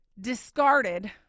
discarded